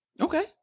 Okay